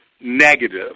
negative